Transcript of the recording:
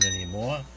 anymore